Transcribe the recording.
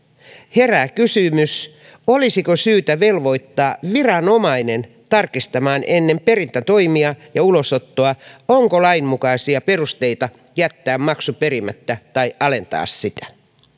herää kysymys olisiko syytä velvoittaa viranomainen tarkistamaan ennen perintätoimia ja ulosottoa onko lainmukaisia perusteita jättää maksu perimättä tai alentaa sitä